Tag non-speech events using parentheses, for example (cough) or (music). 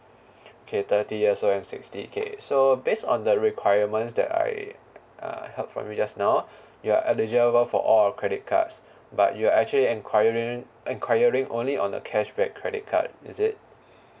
okay thirty years old and sixty K so based on the requirements that I uh helped from you just now (breath) you are eligible for all our credit cards (breath) but you're actually enquiring enquiring only on the cashback credit card is it (breath)